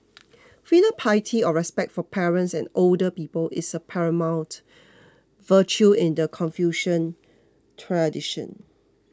filial piety or respect for parents and older people is a paramount virtue in the Confucian tradition